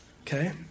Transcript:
Okay